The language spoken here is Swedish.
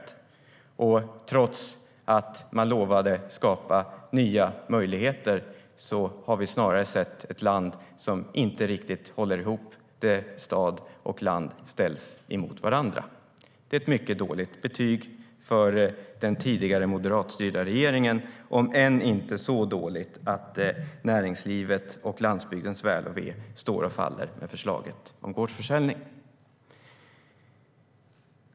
Trots att man lovade att skapa nya möjligheter har vi snarare sett ett land som inte riktigt håller ihop, där stad och landsbygd ställs mot varandra. Det är ett mycket dåligt betyg för den tidigare moderatstyrda regeringen, om än inte så dåligt att näringslivets och landsbygdens väl och ve står och faller med förslaget om gårdsförsäljning.